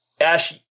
Ash